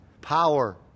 power